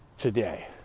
Today